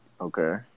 Okay